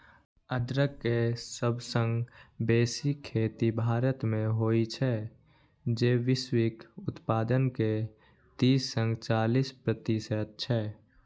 अदरक के सबसं बेसी खेती भारत मे होइ छै, जे वैश्विक उत्पादन के तीस सं चालीस प्रतिशत छै